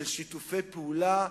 של שיתופי פעולה,